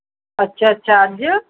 ਅੱਛਾ ਅੱਛਾ ਅੱਜ